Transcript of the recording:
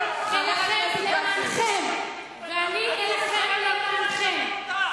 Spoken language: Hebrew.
ואני אלחם למענכם.